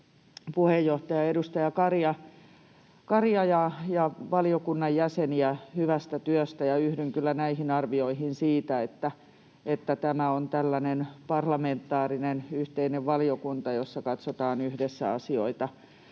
puheenjohtaja, edustaja Karia ja valiokunnan jäseniä hyvästä työstä, ja yhdyn kyllä näihin arvioihin siitä, että tämä on tällainen parlamentaarinen, yhteinen valiokunta, jossa katsotaan yhdessä asioita.